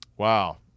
wow